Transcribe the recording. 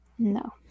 no